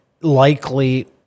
likely